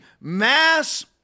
mass